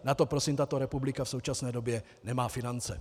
Na to prosím tato republika v současné době nemá finance.